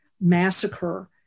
massacre